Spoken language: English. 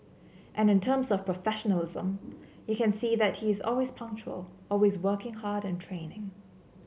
and in terms of professionalism you can see that he is always punctual always working hard in training